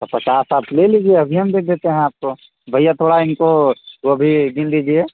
तो पचास आप ले लीजिए अभी हम दे देते हैं आपको भैया थोड़ा इनको गोभी बिन दीजिए